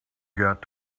got